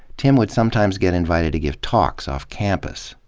tim wou ld sometimes get invited to give talks off-campus,